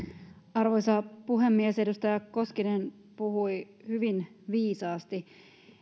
arvoisa puhemies edustaja koskinen puhui hyvin viisaasti